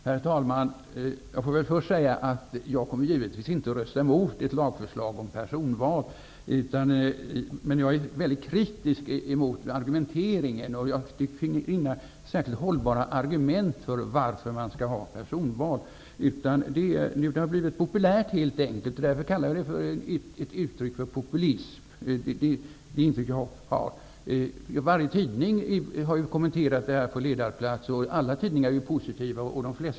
Herr talman! Jag får först säga att jag givetvis inte kommer att rösta emot ett lagförslag om personval. Jag är dock väldigt kritisk emot argumenteringen. Jag finner inga särskilt hållbara argument för personval. Det har blivit populärt, helt enkelt. Därför kallar jag det för ett uttryck för populism. Det är det intryck jag har. Varje tidning har kommenterat detta på ledarplats. Nästan alla tidningar är positiva.